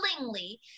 willingly